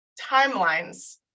timelines